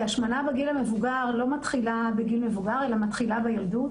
השמנה בגיל המבוגר לא מתחילה בגיל מבוגר אלא מתחילה בילדות.